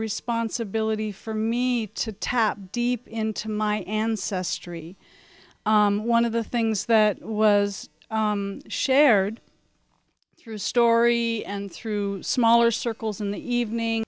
responsibility for me to tap deep into my ancestry one of the things that was shared through story and through smaller circles in the evening